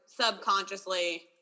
subconsciously